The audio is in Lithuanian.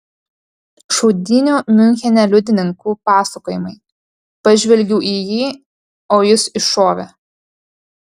šaudynių miunchene liudininkų pasakojimai pažvelgiau į jį o jis iššovė